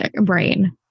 brain